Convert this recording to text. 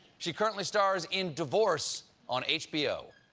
she currently stars in divorce on hbo.